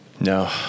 No